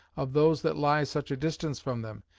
of those that lie such a distance from them,